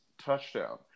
touchdown